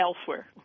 elsewhere